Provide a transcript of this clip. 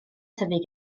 tyfu